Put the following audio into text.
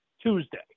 Tuesday